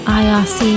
irc